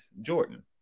Jordan